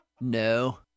No